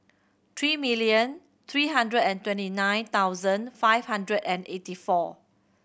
three million three hundred and twenty nine thousand five hundred and eighty four